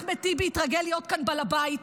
אחמד טיבי התרגל להיות כאן בעל הבית,